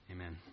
Amen